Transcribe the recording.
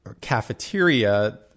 cafeteria